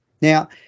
Now